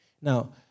Now